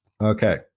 Okay